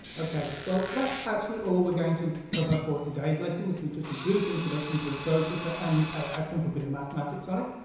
ok! well that's actually all we're going to cover for today's lesson, this was just a brief introduction to the processor and a simple bit of mathematics on it.